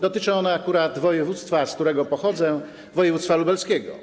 Dotyczą one akurat województwa, z którego pochodzę, województwa lubelskiego.